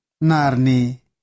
Narni